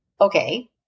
Okay